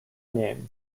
name